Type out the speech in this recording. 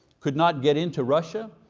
could not get into russia.